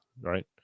Right